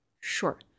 sure